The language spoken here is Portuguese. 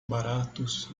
baratos